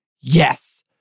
yes